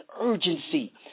urgency